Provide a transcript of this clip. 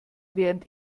während